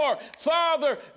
Father